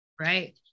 Right